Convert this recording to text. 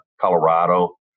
Colorado